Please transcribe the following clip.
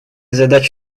задаче